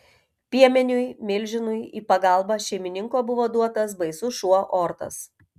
piemeniui milžinui į pagalbą šeimininko buvo duotas baisus šuo ortas